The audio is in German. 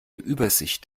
übersicht